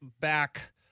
back